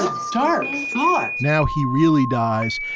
star thought now he really dies.